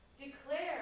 Declare